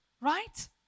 Right